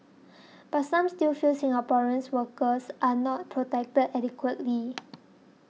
but some still feel Singaporeans workers are not protected adequately